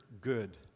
good